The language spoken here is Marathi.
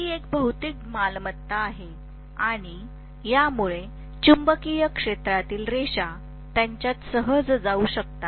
ही एक भौतिक मालमत्ता आहे आणि यामुळे चुंबकीय क्षेत्रातील रेषा त्यांच्यात सहज जाऊ शकतात